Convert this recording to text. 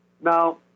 Now